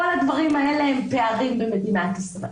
כל הדברים האלה הם פערים במדינת ישראל.